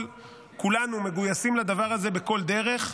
וכולנו מגויסים לדבר הזה בכל דרך.